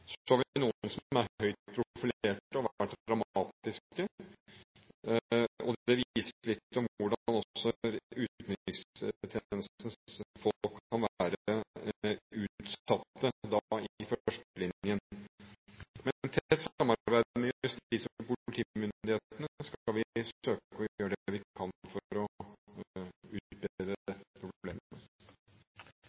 Så har vi noen som er høyt profilerte, og som har vært dramatiske. Det viser litt hvordan også utenrikstjenestens folk kan være utsatt, da i førstelinjen. Med tett samarbeid med justis- og politimyndighetene skal vi søke å gjøre det vi kan for å